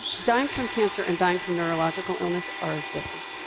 dying from cancer and dying from neurological illness are different.